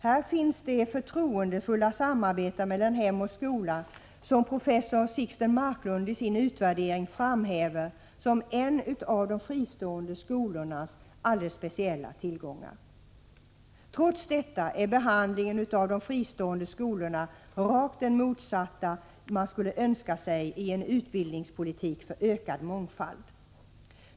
Här finns det förtroendefulla samarbete mellan hem och skola som professor Sixten Marklund i sin utvärdering framhäver som en av de fristående skolornas speciella tillgångar. Trots detta är behandlingen av de fristående skolorna den rakt motsatta den man skulle önska sig i en utbildningspolitik för ökad mångfald.